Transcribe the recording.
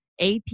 AP